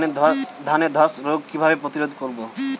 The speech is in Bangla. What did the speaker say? ধানে ধ্বসা রোগ কিভাবে প্রতিরোধ করব?